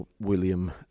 William